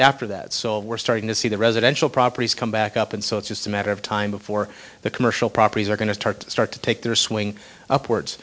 after that so we're starting to see the residential properties come back up and so it's just a matter of time before the commercial properties are going to start to start to take their swing upwards